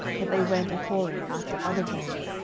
but they went a whoring after other gods,